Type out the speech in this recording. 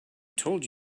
told